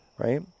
Right